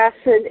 acid